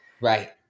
Right